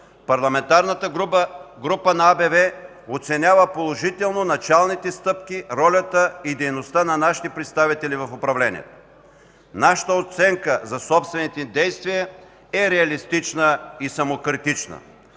Парламентарната група на АБВ оценява положително началните стъпки, ролята и дейността на нашите представители в управлението. Нашата оценка за собствените ни действия е реалистична и самокритична.